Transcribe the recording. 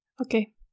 Okay